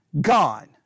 gone